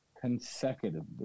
consecutively